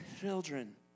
children